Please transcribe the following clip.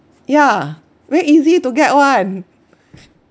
yeah very easy to get [one]